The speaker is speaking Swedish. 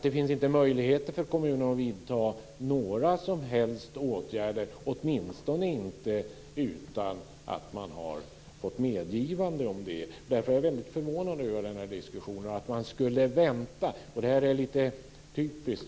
Det finns inte möjligheter för kommuner att vidta några som helst åtgärder, åtminstone inte utan att man har fått medgivande till det. Därför är jag väldigt förvånad över denna diskussion om att man ska vänta. Det är lite typiskt.